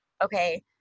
okay